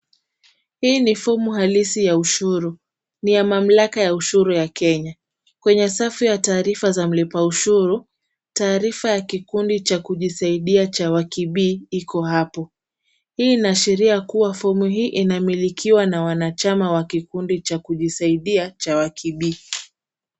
Hii ni fomu halisi ya ushuru. Ni ya mamlaka ya ushuru ya Kenya. Kwenye safu ya taarifa za mlipa ushuru, taarifa ya kikundi cha kujisaidia cha Wakibii iko hapo. Hii inaashiria kuwa fomu hii inamilikiwa na wanachama wa kikundi cha kujisaidia cha Wakibii.